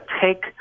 take